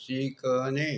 शिकणे